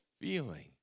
feeling